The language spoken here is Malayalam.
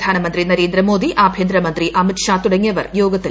പ്രധാനമന്ത്രി നരേന്ദ്രമോദി ആഭ്യന്തര മന്ത്രി അമിത് ഷാ തുടങ്ങിയവർ യോഗത്തിൽ പങ്കെടുത്തു